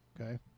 okay